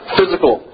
Physical